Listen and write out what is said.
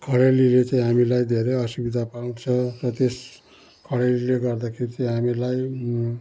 खडेरीले चाहिँ हामीलाई धेरै असुविधा पाउँछ र त्यस खडेरीले गर्दाखेरि चाहिँ हामीलाई